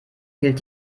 hielt